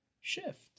shift